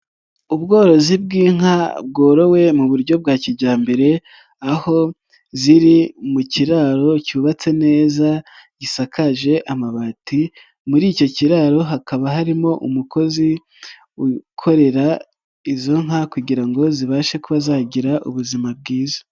Ubworozi bw'inka bworowe mu buryo bwa kijyambere aho ziri mu kiraro cyubatse neza gisakaje amabati muri icyo kiraro hakaba harimo umukozi ukorera izo nka kugira ngo zibashe kuba zagira ubuzima bwiza.